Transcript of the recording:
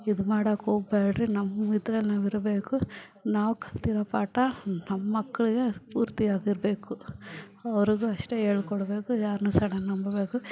ಇದು ಮಾಡೋಕೆ ಹೋಗಬ್ಯಾಡ್ರಿ ನಮ್ಮಿದ್ರಲ್ಲಿ ನಾವಿರಬೇಕು ನಾವು ಕಲಿತಿರೋ ಪಾಠ ನಮ್ಮ ಮಕ್ಳಿಗೆ ಸ್ಫೂರ್ತಿಯಾಗಿರಬೇಕು ಅವರಿಗೂ ಅಷ್ಟೇ ಹೇಳ್ಕೊಡ್ಬೇಕು ಯಾರನ್ನು ಸಡನ್ ನಂಬೇಕು